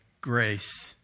grace